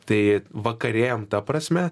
tai vakarėjam ta prasme